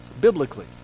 Biblically